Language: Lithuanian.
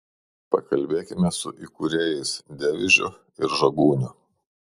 pakalbėkime su įkūrėjais devižiu ir žagūniu